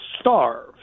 starve